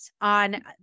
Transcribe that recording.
on